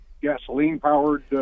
gasoline-powered